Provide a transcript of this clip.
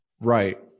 Right